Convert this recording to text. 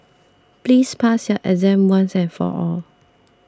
please pass your exam once and for all